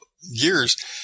years